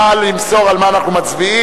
נא למסור על מה אנחנו מצביעים.